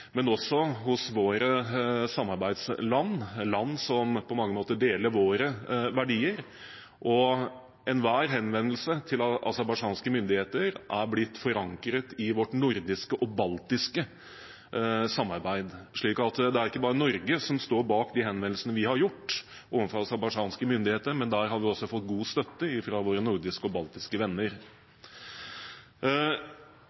men også hos våre samarbeidsland, land som på mange måter deler våre verdier. Enhver henvendelse til aserbajdsjanske myndigheter er blitt forankret i vårt nordiske og baltiske samarbeid, slik at det ikke bare er Norge som står bak våre henvendelser overfor aserbajdsjanske myndigheter, vi har også fått god støtte fra våre nordiske og baltiske venner.